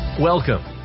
Welcome